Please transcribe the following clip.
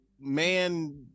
man